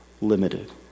limited